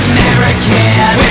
American